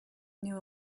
knew